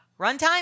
Runtime